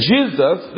Jesus